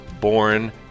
born